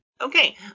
Okay